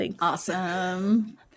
Awesome